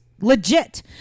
Legit